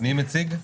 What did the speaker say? מי מציג?